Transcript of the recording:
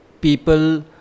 people